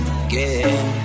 again